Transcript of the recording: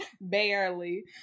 Barely